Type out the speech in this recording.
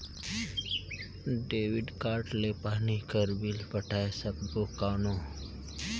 Debit card ले पानी कर बिल पटाय सकबो कौन?